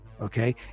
Okay